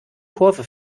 kurve